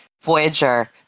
Voyager